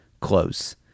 close